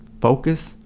focus